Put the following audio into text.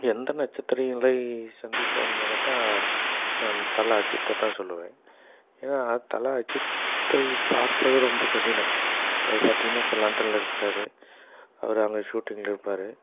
எந்த நட்சத்திரையங்களை சந்திப்போம்னு கேட்டால் நான் தல அஜித்தை தான் சொல்லுவேன் ஏன்னா தல அஜித்தை பார்ப்பது ரொம்ப கடினம் அவர் பார்த்தீங்கன்னா இப்போ லண்டனில் இருக்கறார் அவர் அங்கே ஷூட்டிங்கில் இருப்பார்